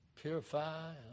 Purify